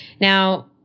Now